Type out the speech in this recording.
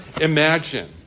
imagine